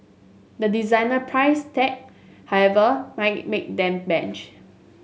the designer price tag however might make them blanch